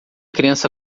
criança